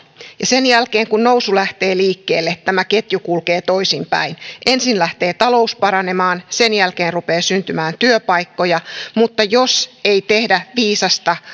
ja sen jälkeen kun nousu lähtee liikkeelle tämä ketju kulkee toisinpäin ensin lähtee talous paranemaan sen jälkeen rupeaa syntymään työpaikkoja mutta jos ei tehdä viisasta